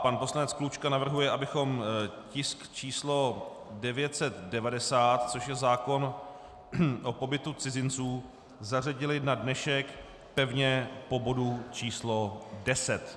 Pan poslanec Klučka navrhuje, abychom tisk číslo 990, což je zákon o pobytu cizinců, zařadili na dnešek pevně po bodu číslo 10.